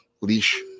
leash